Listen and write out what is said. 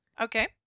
Okay